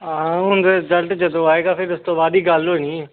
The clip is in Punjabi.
ਹਾਂ ਹੁਣ ਰਿਜਲਟ ਜਦੋਂ ਆਏਗਾ ਫਿਰ ਉਸ ਤੋਂ ਬਾਅਦ ਹੀ ਗੱਲ ਹੋਣੀ